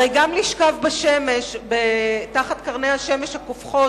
הרי גם לשכב בשמש תחת קרני השמש הקופחת,